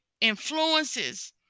influences